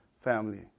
family